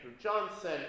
Johnson